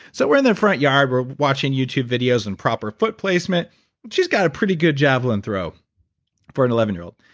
so we're in the front yard. we're watching youtube videos and proper foot placement she's got a pretty good javelin throw for an eleven year old,